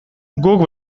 guk